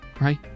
right